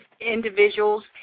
individuals